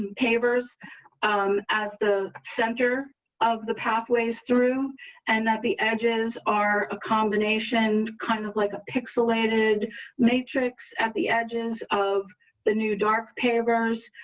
and um as the center of the pathways through and that the edges are a combination, kind of like a pixelated matrix at the edges of the new dark pavers,